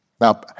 Now